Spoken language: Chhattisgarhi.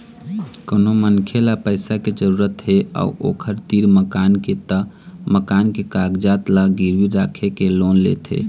कोनो मनखे ल पइसा के जरूरत हे अउ ओखर तीर मकान के त मकान के कागजात ल गिरवी राखके लोन लेथे